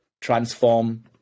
transform